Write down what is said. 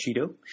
Cheeto